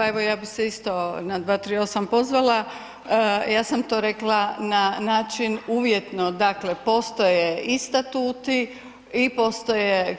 Pa evo ja bih se isto na 238. pozvala, ja sam to rekla na način uvjetno, dakle postoje i statuti i postoje